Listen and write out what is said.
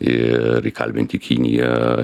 ir įkalbinti kiniją